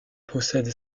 possède